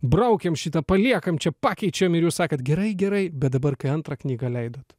braukiam šitą paliekam čia pakeičiam ir jūs sakėt gerai gerai bet dabar kai antrą knygą leidot